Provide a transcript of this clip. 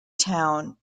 town